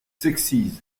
sexies